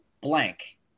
blank